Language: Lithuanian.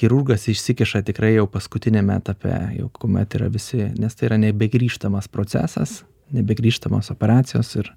chirurgas išsikiša tikrai jau paskutiniame etape jau kuomet yra visi nes tai yra nebegrįžtamas procesas nebegrįžtamos operacijos ir